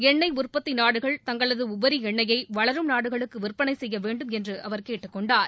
எண்ணெய் உற்பத்தி நாடுகள் தங்களது உபரி எண்ணெய்யை வளரும் நாடுகளுக்கு விற்பனை செய்ய வேண்டும் என்று அவர் கேட்டுக் கொண்டார்